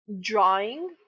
drawing